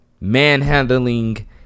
Manhandling